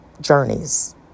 journeys